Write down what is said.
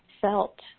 felt